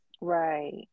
Right